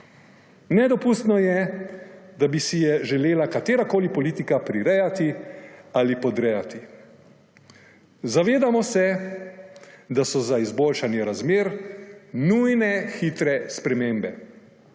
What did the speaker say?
Nedopustno je, da bi si je želela katerakoli politika prirejati ali podrejati. Zavedamo se, da so za izboljšanje razmer nujne hitre spremembe.